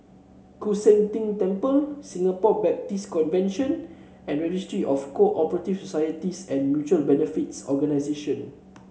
Koon Seng Ting Temple Singapore Baptist Convention and Registry of Co operative Societies and Mutual Benefits Organisation